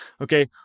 Okay